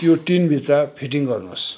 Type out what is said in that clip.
त्यो टिनभित्र फिटिङ गर्नुहोस्